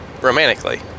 Romantically